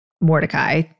Mordecai